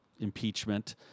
impeachment